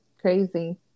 crazy